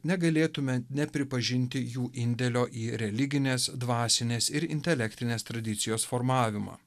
negalėtume nepripažinti jų indėlio į religines dvasinės ir intelektinės tradicijos formavimą